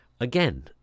again